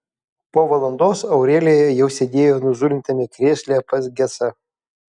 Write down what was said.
po valandos aurelija jau sėdėjo nuzulintame krėsle pas gecą